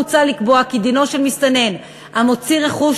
מוצע לקבוע כי דינו של מסתנן המוציא רכוש